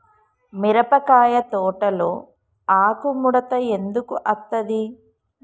మిరపకాయ తోటలో ఆకు ముడత ఎందుకు అత్తది?